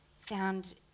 found